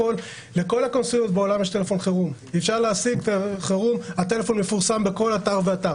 לכל הקונסוליות בעולם יש טלפון חירום שמפורסם בכל אתר ואתר.